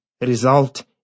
result